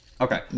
Okay